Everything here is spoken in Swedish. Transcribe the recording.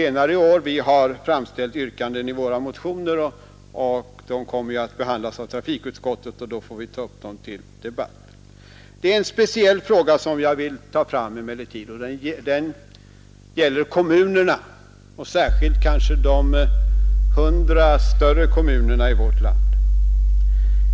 Vi har framställt vissa yrkanden i våra motioner, och de kommer ju att behandlas av trafikutskottet. Vi får alltså ta upp de yrkandena till debatt senare. Men det är en speciell fråga som jag här vill beröra. Det gäller kommunernas och kanske alldeles särskilt de hundra större kommunernas situation här i landet.